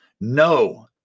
no